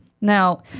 Now